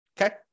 Okay